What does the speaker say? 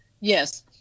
Yes